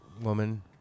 woman